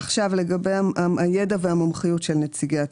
עכשיו לגבי הידע והמומחיות של נציגי הציבור.